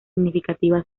significativa